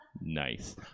Nice